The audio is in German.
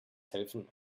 helfen